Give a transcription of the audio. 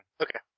Okay